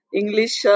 English